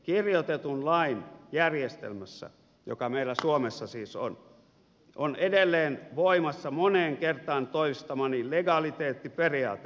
kirjoitetun lain järjestelmässä joka meillä suomessa siis on on edelleen voimassa moneen kertaan toistamani legaliteettiperiaate